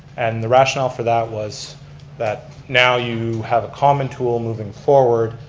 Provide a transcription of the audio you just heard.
and the rationale for that was that now you have a common tool moving forward,